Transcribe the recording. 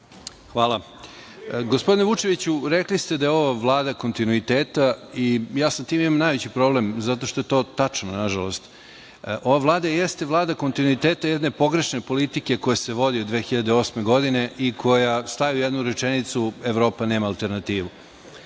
Hvala. Gospodine Vučeviću, rekli ste da je ova Vlada kontinuiteta i ja sa tim imam najveći problem zato što je to tačno, nažalost. Ova Vlada jeste Vlada kontinuiteta jedne pogrešne politike koja se vodi od 2008. godine i koja staje u jednu rečenicu - Evropa nema alternativu. Mislim